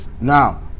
Now